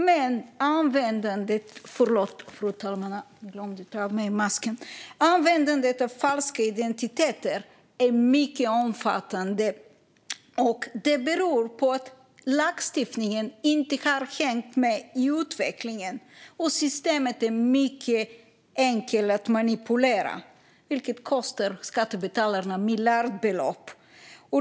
Men användandet av falska identiteter är mycket omfattande. Det beror på att lagstiftningen inte har hängt med i utvecklingen. Systemet är mycket enkelt att manipulera, vilket kostar skattebetalarna miljardbelopp.